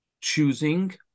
choosing